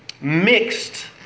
mixed